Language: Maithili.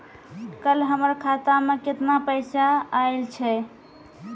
कल हमर खाता मैं केतना पैसा आइल छै?